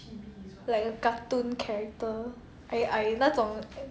like a cartoon character 矮矮那种